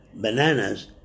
bananas